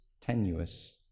tenuous